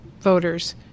voters